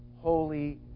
holy